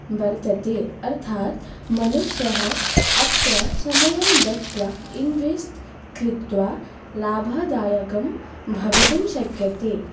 वर्तते अर्थात् मनुष्यः अत्र समयं दत्त्वा इन्वेस्ट् कृत्वा लाभदायकं भवितुं शक्यते